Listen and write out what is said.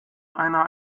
einer